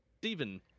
Steven